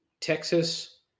Texas